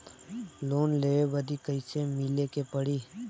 Loan लेवे बदी कैसे मिले के पड़ी?